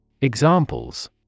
Examples